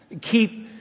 keep